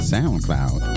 Soundcloud